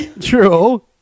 True